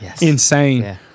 insane